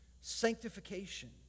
sanctification